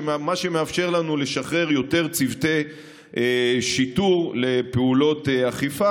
מה שמאפשר לנו לשחרר יותר צוותי שיטור לפעולות אכיפה